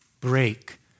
break